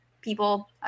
people